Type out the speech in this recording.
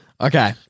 Okay